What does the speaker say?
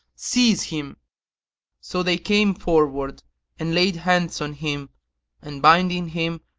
seize him so they came forward and laid hands on him and, binding him,